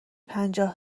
پنجاه